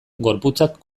gorputzak